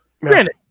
Granted